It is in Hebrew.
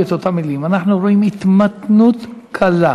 את אותן מילים: אנחנו רואים התמתנות קלה.